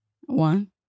One